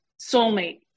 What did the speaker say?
soulmate